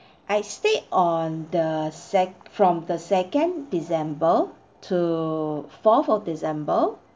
I stayed on the sec~ from the second december to fourth of december